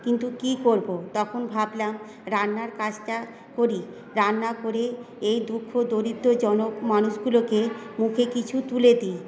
কিন্তু কী করব তখন ভাবলাম রান্নার কাজটা করি রান্না করে এই দুঃখ দরিদ্র জনমানুষগুলোকে মুখে কিছু তুলে দিই